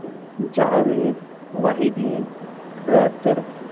Javed Mohiuddin Rather